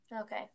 Okay